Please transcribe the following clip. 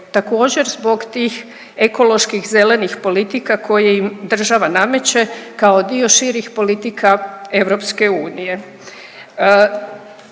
također zbog tih ekoloških zelenih politika koje im država nameće kao dio širih politika EU. Problem je